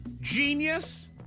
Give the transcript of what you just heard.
genius